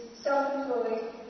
self-employed